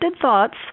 thoughts